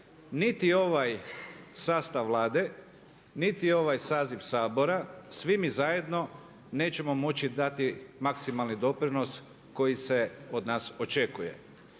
niti ovaj sastav Vlade, niti ovaj saziv Sabora svi mi zajedno nećemo moći dati maksimalni doprinos koji se od nas očekuje.